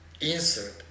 insert